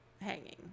hanging